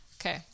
okay